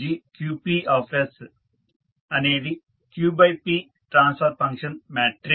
Gqps అనేది q ×p transfer function matrix